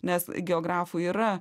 nes geografų yra